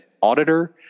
auditor